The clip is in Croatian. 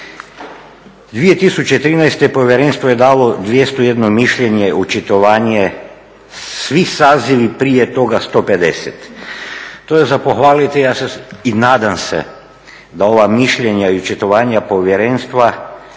2013. povjerenstvo je dalo 201 mišljenje, očitovanje, a svi sazivi prije toga 150. To je za pohvaliti, i nadam se da ova mišljenja i očitovanja povjerenstva